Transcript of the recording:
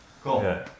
Cool